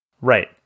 Right